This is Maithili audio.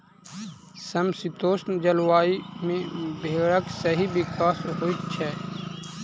समशीतोष्ण जलवायु मे भेंड़क सही विकास होइत छै